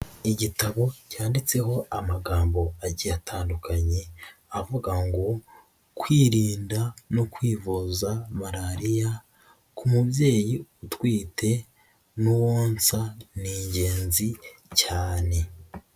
Igitabo cyanditseho amagambo agiye atandukanye avuga ngo kwirinda no kwivuza malariya k'umubyeyi utwite n'uwonsa ni ingenzi cyane.